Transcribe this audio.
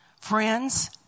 Friends